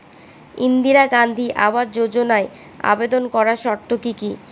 ইন্দিরা গান্ধী আবাস যোজনায় আবেদন করার শর্ত কি কি?